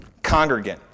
Congregant